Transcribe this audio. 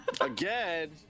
Again